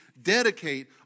dedicate